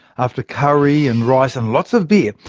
after curry and rice and lots of beer,